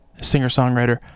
singer-songwriter